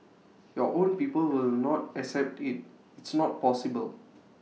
your own people will not accept IT it's not possible